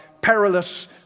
perilous